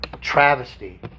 travesty